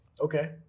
Okay